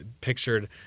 pictured